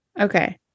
okay